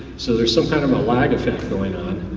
so there's some kind of ah lag effect going on,